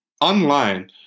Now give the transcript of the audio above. online